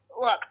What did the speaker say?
look